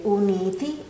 uniti